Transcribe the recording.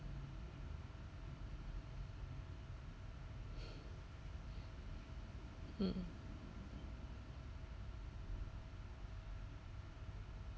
mm